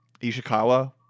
Ishikawa